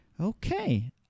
okay